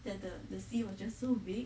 that the the sea was just so big